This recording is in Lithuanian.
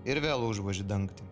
ir vėl užvoži dangtį